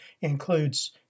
includes